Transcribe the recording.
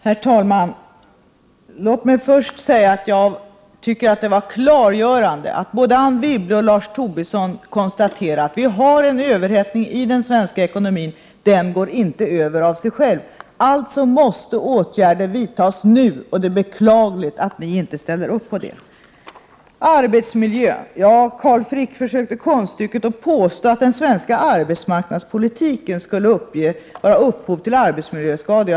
Herr talman! Låt mig först säga att jag tycker att det var klargörande att både Anne Wibble och Lars Tobisson konstaterade att vi har en överhettning iden svenska ekonomin. Den går inte över av sig själv. Därför måste åtgärder vidtas nu, och det är beklagligt att ni inte ställer upp på sådana åtgärder. I fråga om arbetsmiljön försökte sig Carl Frick på konststycket att påstå att den svenska arbetsmarknadspolitiken skulle vara upphov till arbetsmiljöskador.